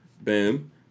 Boom